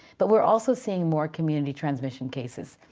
but we're also seeing more community transmission cases,